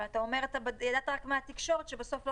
אבל אתה אומר שידעת רק מהתקשורת שבסוף לא